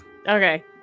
Okay